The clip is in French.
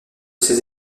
ses